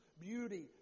beauty